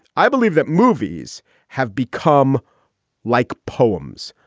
i believe that movies have become like poems,